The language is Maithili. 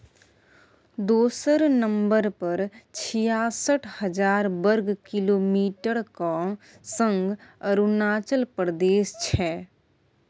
दोसर नंबर पर छियासठ हजार बर्ग किलोमीटरक संग अरुणाचल प्रदेश छै